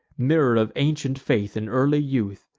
mirror of ancient faith in early youth!